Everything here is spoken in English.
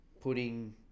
putting